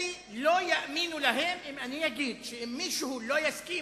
לא יאמינו אם אני אגיד שאם מישהו לא יסכים